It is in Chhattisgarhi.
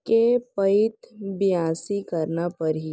के पइत बियासी करना परहि?